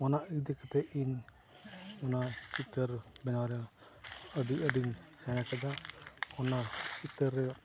ᱚᱱᱟ ᱤᱫᱤ ᱠᱟᱛᱮᱫ ᱤᱧ ᱚᱱᱟ ᱪᱤᱛᱟᱹᱨ ᱵᱮᱱᱟᱣ ᱨᱮ ᱟᱹᱰᱤ ᱟᱹᱰᱤᱧ ᱥᱮᱬᱟ ᱠᱮᱫᱟ ᱚᱱᱟ ᱪᱤᱛᱟᱹᱨ ᱨᱮ